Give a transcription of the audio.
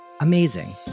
Amazing